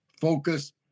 focus